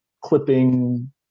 clipping